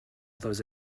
those